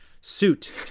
suit